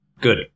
Good